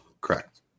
Correct